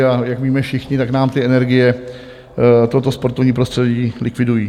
A jak víme všichni, tak nám energie toto sportovní prostředí likvidují.